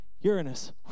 Uranus